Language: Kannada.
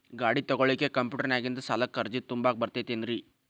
ಗಾಡಿ ತೊಗೋಳಿಕ್ಕೆ ಕಂಪ್ಯೂಟೆರ್ನ್ಯಾಗಿಂದ ಸಾಲಕ್ಕ್ ಅರ್ಜಿ ತುಂಬಾಕ ಬರತೈತೇನ್ರೇ?